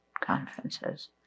conferences